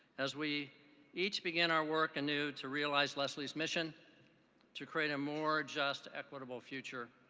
as we each begin our work anew to realize lesley's mission to create a more just equitable future.